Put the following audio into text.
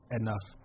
enough